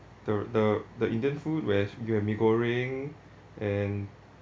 the the the indian food whereas you have mee goreng and